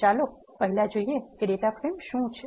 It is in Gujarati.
ચાલો પહેલા જોઈએ કે ડેટા ફ્રેમ શું છે